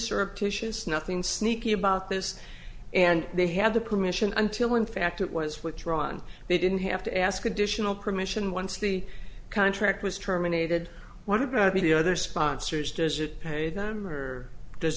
surreptitious nothing sneaky about this and they had the commission until in fact it was withdrawn and they didn't have to ask additional permission once the contract was terminated what about to be the other sponsors does it pay them or does